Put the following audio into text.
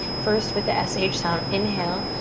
first with the s h sound. inhale.